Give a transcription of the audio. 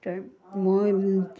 তাৰ মই